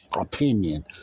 opinion